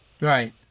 Right